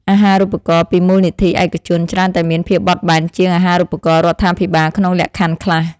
អាហារូបករណ៍ពីមូលនិធិឯកជនច្រើនតែមានភាពបត់បែនជាងអាហារូបករណ៍រដ្ឋាភិបាលក្នុងលក្ខខណ្ឌខ្លះ។